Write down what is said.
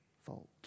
fault